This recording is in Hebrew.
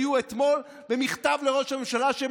הודיעו אתמול במכתב לראש הממשלה שהם